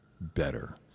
better